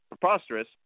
preposterous